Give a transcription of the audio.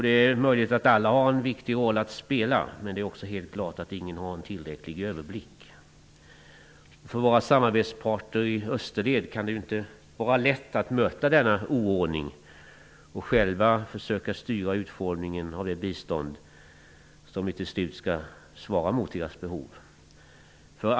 Det är möjligt att alla har en viktig roll att spela, men det är också helt klart att ingen har en tillräcklig överblick. För våra samarbetsparter i österled kan det inte vara lätt att möta denna oordning och själva försöka styra utformningen av det bistånd som ju till slut skall svara mot deras behov.